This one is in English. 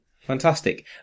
Fantastic